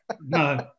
No